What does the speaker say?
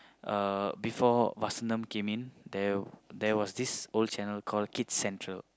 uh before Vasantham came in there there was this old channel called Kids-Central